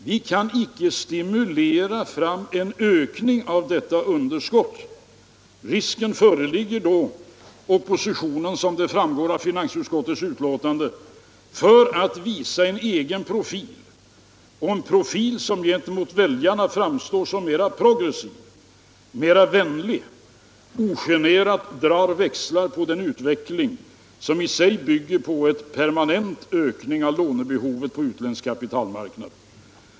Vi kan icke stimulera fram en ökning av detta underskott, för då föreligger risk att oppositionen, som det framgår av finansutskottets betänkande, för att visa en egen profil — och en profil som gentemot väljarna framstår som mera progressiv, mera vänlig — ogenerat drar växlar på den utveckling som i sig bygger på en permanent ökning av lånebehovet på utländsk kapitalmarknad.